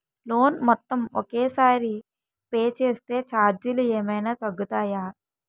Loan మొత్తం ఒకే సారి పే చేస్తే ఛార్జీలు ఏమైనా తగ్గుతాయా?